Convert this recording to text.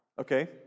okay